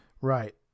Right